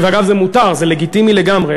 ואגב, זה מותר, זה לגיטימי לגמרי.